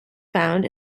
found